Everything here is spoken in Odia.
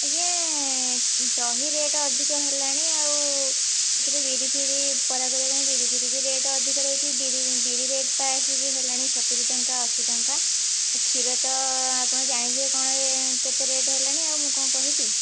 ଆଜ୍ଞା ଦହି ରେଟ୍ ଅଧିକ ହେଲାଣି ଆଉ ସେଥିରେ ବିରିଫିରି ବରା କରିବାପାଇଁ ବିରିଫିରି ବି ରେଟ୍ ଅଧିକ ରହୁଛି ବିରି ବିରି ରେଟ୍ ପା ଆସିକି ହେଲାଣି ସତୁରିଟଙ୍କା ଅଶୀଟଙ୍କା କ୍ଷୀର ତ ଆପଣ ଜାଣିଥିବେ କଣ କେତେ ରେଟ୍ ହେଲାଣି ଆଉ ମୁଁ କଣ କହିବି